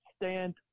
stand